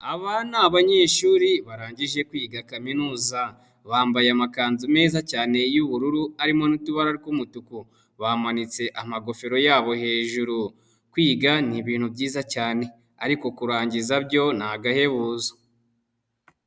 Aba ni abanyeshuri barangije kwiga kaminuza bambaye amakanzu meza cyane y'ubururu arimo n'utubara tw'umutuku bamanitse amagofero yabo hejuru, kwiga ni ibintu byiza cyane ariko kurangiza byo ni agahebuzo.